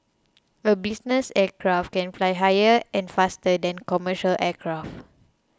a business aircraft can fly higher and faster than commercial aircraft